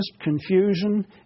confusion